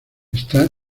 está